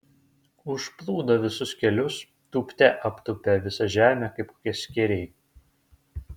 užplūdo visus kelius tūpte aptūpė visą žemę kaip kokie skėriai